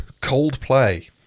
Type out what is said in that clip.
Coldplay